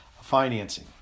financing